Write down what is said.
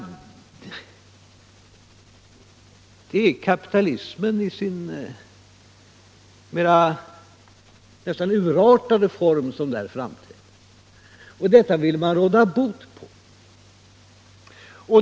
Det är kapitalismen i sin mera urartade form som där framträder. Detta vill man råda bot mot.